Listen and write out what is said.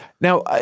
Now